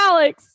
Alex